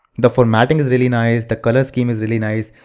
the formatting is really nice, the color scheme is really nice.